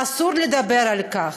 ואסור לדבר על כך,